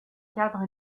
cadre